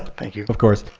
thank you. of course.